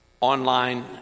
online